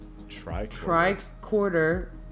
Tricorder